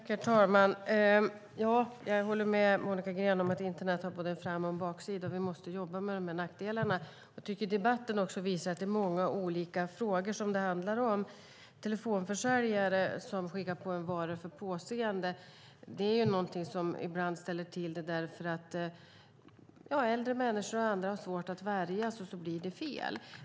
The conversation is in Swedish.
Herr talman! Jag håller med Monica Green om att internet har både en framsida och en baksida. Vi måste jobba med nackdelarna. Jag tycker att debatten också visar att det är många olika frågor som det handlar om. Telefonförsäljare som skickar på människor varor för påseende är någonting som ibland ställer till det, eftersom äldre människor och andra har svårt att värja sig, och så blir det fel.